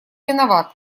виноват